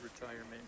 retirement